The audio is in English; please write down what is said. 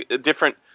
different